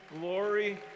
glory